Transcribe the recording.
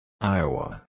Iowa